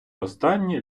останні